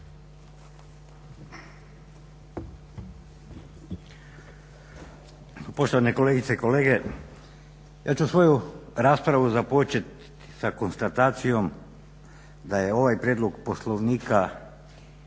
Poštovane kolegice i kolege. Ja ću svoju raspravu započeti sa konstatacijom da je ovaj prijedlog poslovnika